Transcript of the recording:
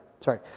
Sorry